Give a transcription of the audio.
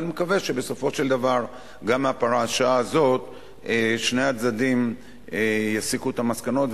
ואני מקווה שבסופו של דבר גם מהפרשה הזאת שני הצדדים יסיקו את המסקנות,